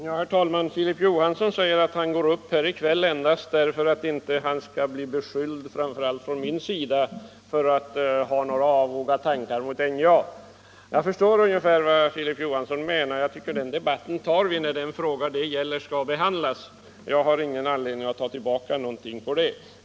Herr talman! Herr Filip Johansson i Holmgården säger att han går upp här i kväll endast för att han inte skall bli beskylld — framför allt av mig — för att vara avog mot NJA. Jag förstår ungefär vad han menar, men jag tycker att vi skall ta debatten när den frågan skall behandlas. Jag har ingen anledning att ta tillbaka någonting.